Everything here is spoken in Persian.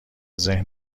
ذهن